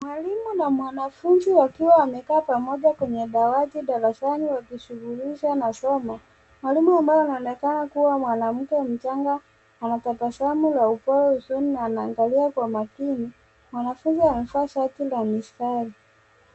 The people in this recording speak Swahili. Mwalimu na mwanafunzi wakiwa wamekaa pamoja kwenye dawati darasani wakishughulisha na somo, mwalimu ambaye anaonekana mwanamke mchanga anatabasamu na upole usoni na anaangalia kwa makini. Mwanafunzi amevaa shati la mistari.